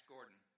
Gordon